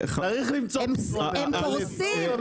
הם קורסים,